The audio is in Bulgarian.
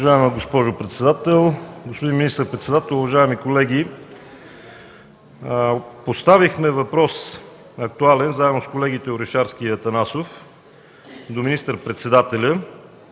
Уважаема госпожо председател, господин министър-председател, уважаеми колеги! Поставихме актуален въпрос заедно с колегите Орешарски и Атанасов до министър-председателя